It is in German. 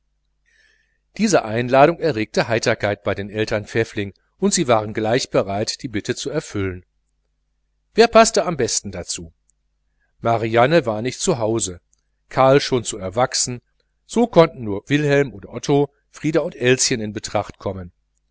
diese einladung erregte heiterkeit bei den eltern pfäffling und sie waren gleich bereit die bitte zu erfüllen wer paßte am besten dazu marianne war nicht zu hause karl schon zu erwachsen so konnten nur wilhelm und otto frieder und elschen in betracht kommen